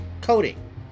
coding